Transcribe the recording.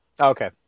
Okay